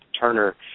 Turner